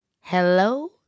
Hello